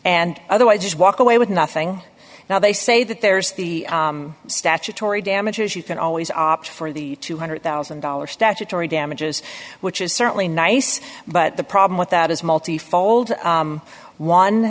and otherwise just walk away with nothing now they say that there's the statutory damages you can always opt for the two hundred thousand dollars statutory damages which is certainly nice but the problem with that is multifold